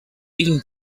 been